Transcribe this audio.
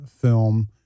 film